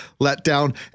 letdown